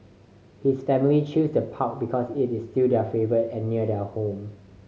his family chose the park because it is due their favourite and near their home